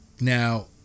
Now